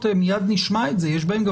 שבתקנות מייד נשמע את זה יש בהן גם